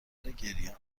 گریانخیلی